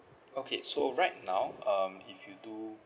okay so right now um if you do